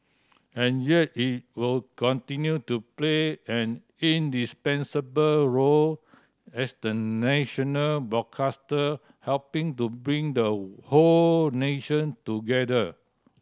and yet it will continue to play an indispensable role as the national broadcaster helping to bring the whole nation together